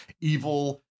Evil